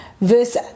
Verse